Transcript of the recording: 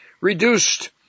reduced